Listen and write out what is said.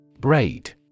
Braid